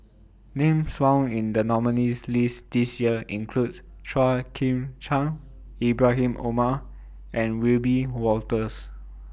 Names found in The nominees' list This Year includes Chua Chim Kang Ibrahim Omar and Wiebe Wolters